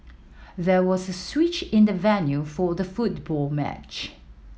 there was a switch in the venue for the football match